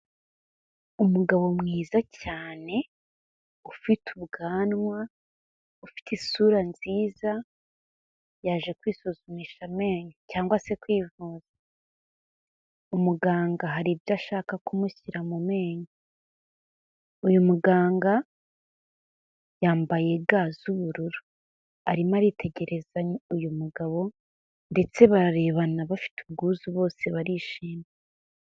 Umugabo mwiza cyane, ufite ubwanwa, ufite isura nziza, yaje kwisuzumisha amenyo cyangwa se kwivuza. Umuganga hari ibyo ashaka kumushyira mu menyo. Uyu muganga, yambaye ga z'ubururu. Arimo aritegereza uyu mugabo ndetse bararebana bafite ubwuzu bose barishimye.